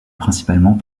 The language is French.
principalement